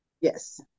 Yes